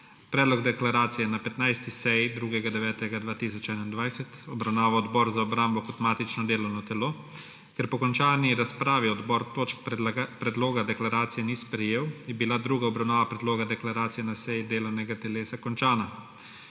Predlog deklaracije je na 15. seji 2. 9. 2021 obravnaval Odbor za obrambo kot matično delovno telo. Ker po končani razpravi odbor točk predloga deklaracije ni sprejel, je bila druga obravnava predloga deklaracije na seji delovnega telesa končana.